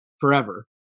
forever